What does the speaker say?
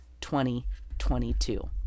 2022